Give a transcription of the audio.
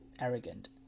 arrogant